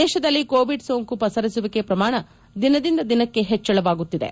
ದೇಶದಲ್ಲಿ ಕೋವಿಡ್ ಸೋಂಕು ಪಸರಿಸುವಿಕೆ ಪ್ರಮಾಣ ದಿನದಿಂದ ದಿನಕ್ಕೆ ಪಚ್ಚಳವಾಗುತ್ತಿದೆ